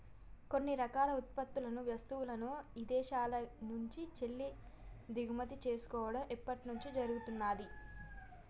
కొన్ని రకాల ఉత్పత్తులను, వస్తువులను ఇదేశాల నుంచెల్లి దిగుమతి చేసుకోడం ఎప్పట్నుంచో జరుగుతున్నాది